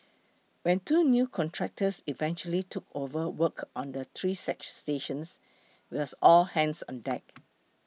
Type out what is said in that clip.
when two new contractors eventually took over work on the three stations wells all hands on deck